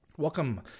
Welcome